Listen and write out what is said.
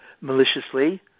maliciously